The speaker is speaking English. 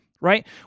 right